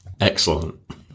Excellent